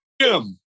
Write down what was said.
Jim